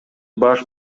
баш